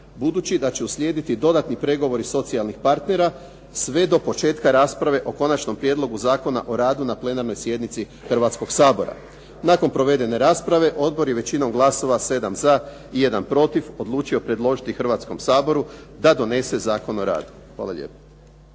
budući da će uslijediti dodatni pregovori socijalnih partnera sve do početka rasprave o konačnom prijedlogu Zakona o radu na plenarnoj sjednici Hrvatskog sabora. Nakon provedene rasprave odbor je većinom glasova 7 za i jedan protiv, odlučio predložiti Hrvatskom saboru da donese Zakon o radu. Hvala lijepo.